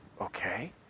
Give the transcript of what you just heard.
okay